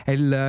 il